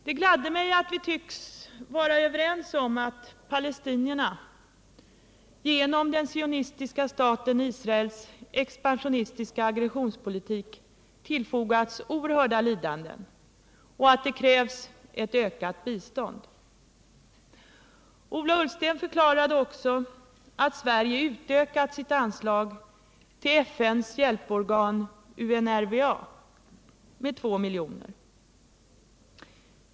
Det gladde mig att vi tycks vara överens om att palestinierna, genom den sionistiska staten Israels expansionistiska aggressionspolitik, tillfogats oerhörda lidanden och att det krävs ett ökat bistånd till dem. Ola Ullsten förklarade också att Sverige utökat sitt anslag till FN:s hjälporgan UNRWA med 2 milj.kr.